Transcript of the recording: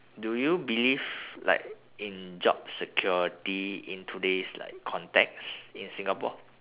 do you believe like in job security in today's like context in singapore